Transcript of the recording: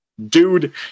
dude